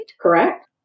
Correct